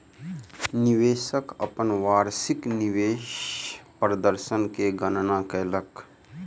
निवेशक अपन वार्षिक निवेश प्रदर्शन के गणना कयलक